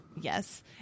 Yes